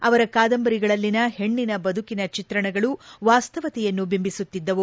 ಅವರ ಕಾದಂಬರಿಗಳಲ್ಲಿನ ಹೆಣ್ಣಿನ ಬದುಕಿನ ಚಿತ್ರಣಗಳು ವಾಸ್ತವತೆಯನ್ನು ಬಿಂಬಿಸುತ್ತಿದ್ದವು